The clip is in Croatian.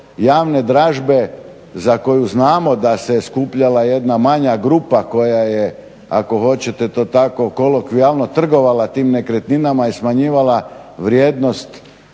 javne dražbe za koju znamo da se skupljala jedna manja grupa koja je ako hoćete to tako kolokvijalno trgovala tim nekretninama i smanjivala vrijednost